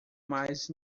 mais